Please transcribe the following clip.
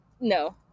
No